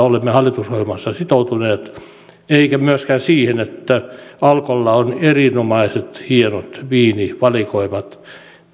olemme hallitusohjelmassa sitoutuneet eivätkä myöskään siihen että alkolla on erinomaiset hienot viinivalikoimat